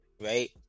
right